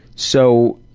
so,